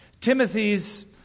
Timothy's